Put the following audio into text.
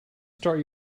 start